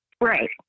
Right